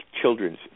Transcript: children's